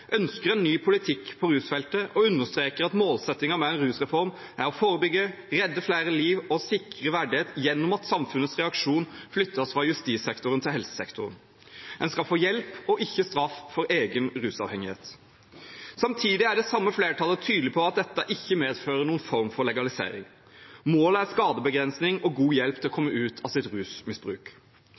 ønsker en ny politikk på rusfeltet og understreker at målsettingen med en rusreform er å forebygge, redde flere liv og sikre verdighet gjennom at samfunnets reaksjon flyttes fra justissektoren til helsesektoren. En skal få hjelp, ikke straff, for egen rusavhengighet. Samtidig er det samme flertallet tydelig på at dette ikke medfører noen form for legalisering. Målet er skadebegrensning og god hjelp til å komme ut av sitt rusmisbruk.